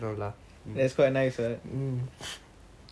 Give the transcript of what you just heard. that's quite nice [what]